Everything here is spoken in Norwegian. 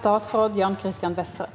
Statsråd Jan Christian Vestre